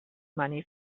money